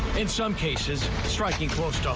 in some cases striking close.